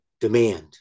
demand